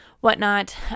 whatnot